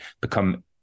become